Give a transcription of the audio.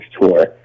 tour